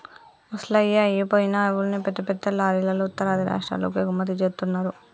ముసలయ్యి అయిపోయిన ఆవుల్ని పెద్ద పెద్ద లారీలల్లో ఉత్తరాది రాష్టాలకు ఎగుమతి జేత్తన్నరు